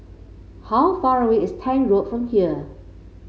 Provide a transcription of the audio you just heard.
how far away is Tank Road from here